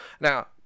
now